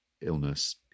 illness